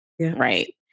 right